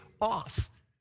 off